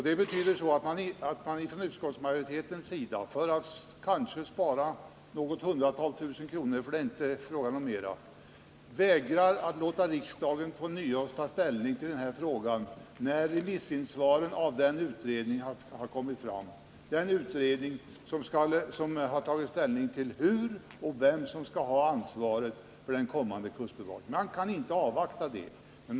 Det betyder i så fall att utskottsmajoriteten för att kanske kunna spara något hundratusental kronor — det är inte fråga om mera — vägrar att låta riksdagen ånyo ta ställning till denna fråga efter det att remissyttrandena över utredningen har inlämnats. Remissinstanserna skall ju nu ta ställning till hur den framtida kustbevakningen skall organiseras och vem som skall ha ansvaret för den. Utskottsmajoriteten vill inte avvakta detta.